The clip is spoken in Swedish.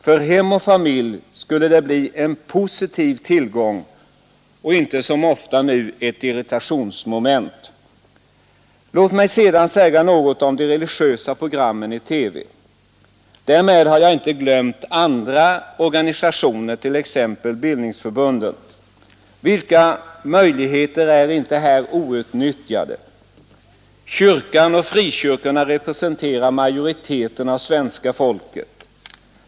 För hem och familj skulle det bli en positiv tillgång, inte som ofta nu ett irritationsmoment. Låt mig sedan också säga något om de religiösa programmen i TV. Därmed har jag inte glömt andra organisationer, t.ex. bildningsförbunden. Vilka möjligheter är inte här outnyttjade! Kyrkan och frikyrkorna representerar majoriteten av svenska folket.